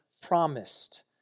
Promised